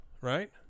right